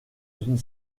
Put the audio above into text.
une